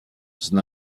son